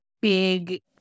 big